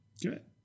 good